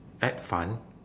add fun